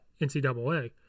NCAA